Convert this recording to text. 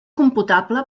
computable